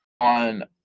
on